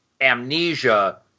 amnesia